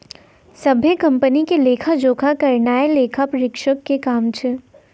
सभ्भे कंपनी के लेखा जोखा करनाय लेखा परीक्षक के काम छै